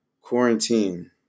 quarantine